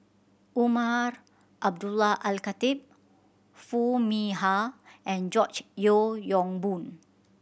Umar Abdullah Al Khatib Foo Mee Har and George Yeo Yong Boon